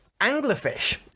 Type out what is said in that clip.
Anglerfish